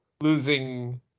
losing